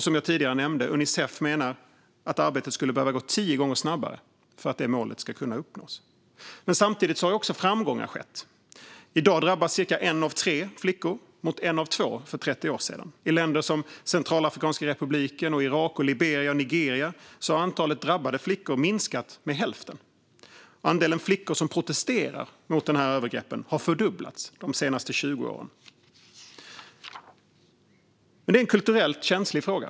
Som jag tidigare nämnde menar Unicef att arbetet skulle behöva gå tio gånger snabbare för att målet ska kunna uppnås. Samtidigt har framgångar skett. I dag drabbas cirka en av tre flickor mot en av två för 30 år sedan. I länder som Centralafrikanska republiken, Irak, Liberia och Nigeria har antalet drabbade flickor minskat med hälften. Andelen flickor som protesterar mot de här övergreppen har fördubblats de senaste 20 åren. Men det är en kulturellt känslig fråga.